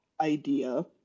idea